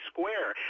Square